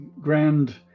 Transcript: grand